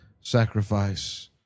sacrifice